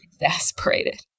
exasperated